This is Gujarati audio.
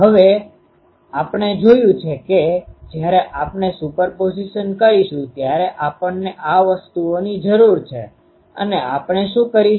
હવે આપણે જોયું છે કે જ્યારે આપણે સુપરપોઝિશન કરીશું ત્યારે આપણને આ વસ્તુઓની જરૂર છે અને આપણે શું કરીશું